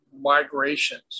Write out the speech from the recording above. migrations